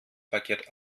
paket